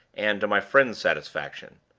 and to my friend's satisfaction.